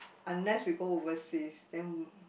unless we go overseas then